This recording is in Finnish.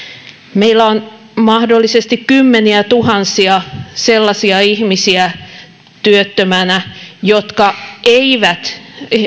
meillä on mahdollisesti kymmeniätuhansia sellaisia ihmisiä työttöminä jotka eivät